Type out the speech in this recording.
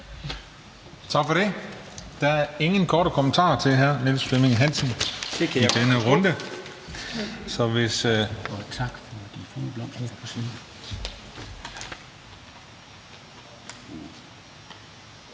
Tak for det. Der er ingen korte bemærkninger til hr. Niels Flemming Hansen i denne runde.